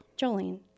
jolene